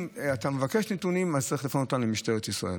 אם אתה מבקש נתונים, צריך לפנות למשטרת ישראל.